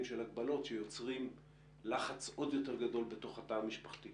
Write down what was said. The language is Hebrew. של הגבלות שיוצרים לחץ עוד יותר גדול בתוך התא המשפחתי.